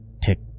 tick